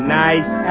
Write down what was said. nice